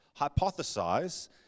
hypothesize